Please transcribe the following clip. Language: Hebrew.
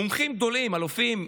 מומחים גדולים, אלופים,